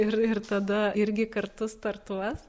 ir ir tada irgi kartu startuos